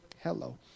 Hello